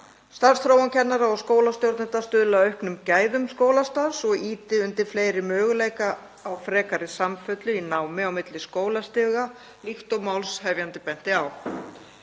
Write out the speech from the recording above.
starfsþróun kennara og skólastjórnenda, stuðli að auknum gæðum skólastarfs og ýti undir fleiri möguleika á frekari samfellu í námi á milli skólastiga, líkt og málshefjandi benti á.